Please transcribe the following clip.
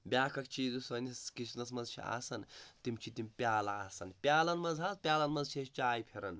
بیٛاکھ اَکھ چیٖز یُس سٲنِس کِچنَس منٛز چھِ آسَان تِم چھِ تِم پیٛالہٕ آسَان پیٛالَن منٛز حظ پیٛالَن منٛز چھِ أسۍ چاے پھِرَان